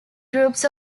groups